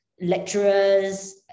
lecturers